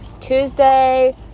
Tuesday